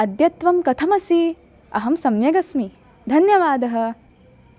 अद्य त्वं कथम् असि अहं सम्यक् अस्मि धन्यवादः